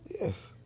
Yes